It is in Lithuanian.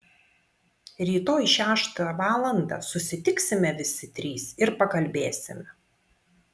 rytoj šeštą valandą susitiksime visi trys ir pakalbėsime